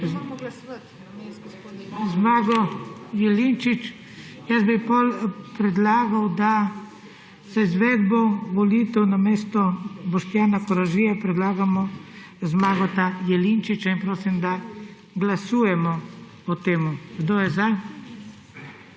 Koražije ni. Jaz bi predlagal, da za izvedbo volitev namesto Boštjana Koražije predlagamo Zmaga Jelinčiča in prosim, da glasujemo o tem. Kdo je za?